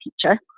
teacher